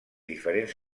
diferents